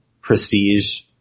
prestige